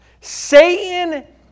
Satan